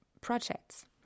projects